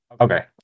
okay